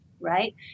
right